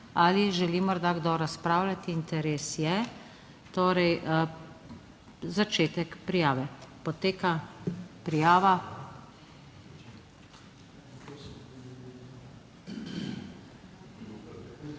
ali želi morda kdo razpravljati? Interes je. Torej začetek prijave. Poteka prijava.